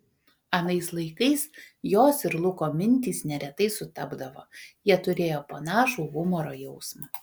anais laikais jos ir luko mintys neretai sutapdavo jie turėjo panašų humoro jausmą